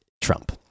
trump